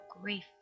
grief